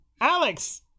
Alex